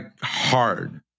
hard